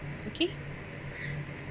okay